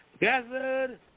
Gathered